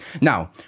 Now